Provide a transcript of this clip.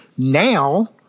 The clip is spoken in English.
Now